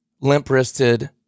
limp-wristed